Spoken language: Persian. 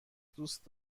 دوست